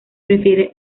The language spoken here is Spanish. prefiere